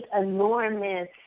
enormous